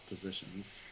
positions